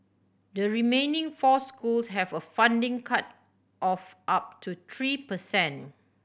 the remaining four school have a funding cut of up to tree per cent